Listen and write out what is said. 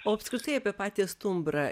o apskritai apie patį stumbrą